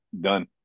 done